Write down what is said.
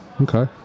Okay